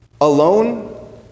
Alone